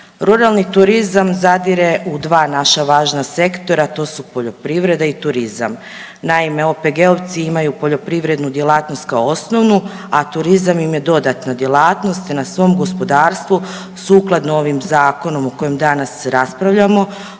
Ruralni turizam zadire u dva naša važna sektora. To su poljoprivreda i turizam. Naime, OPG-ovci imaju poljoprivrednu djelatnost kao osnovnu, a turizam im je dodatna djelatnost i na svom gospodarstvu sukladno ovom Zakonu o kojem danas raspravljamo